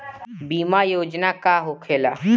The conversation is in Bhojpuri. बीमा योजना का होखे ला?